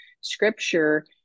scripture